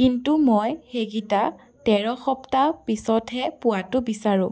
কিন্তু মই সেইকেইটা তেৰ সপ্তাহ পিছতহে পোৱাতো বিচাৰোঁ